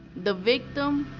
the victim,